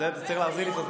איזה יופי.